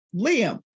Liam